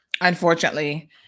unfortunately